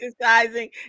exercising